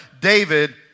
David